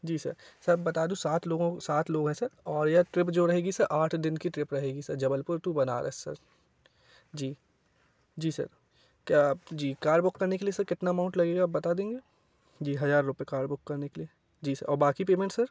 जी sir sir बता दूँ सात लोगों सात लोग है सर और यह ट्रिप जो रहेगी सर आठ दिन की ट्रिप रहेगी sir Jabalpur to Banaras sir जी जी सर क्या आप जी कार बुक करने के लिए कितना अमाउन्ट लगेगा आप बता देंगे जी हजार रूपए कार बुक करने के लिए जी सर और बाकी पेमेंट सर